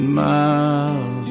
miles